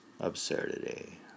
Absurdity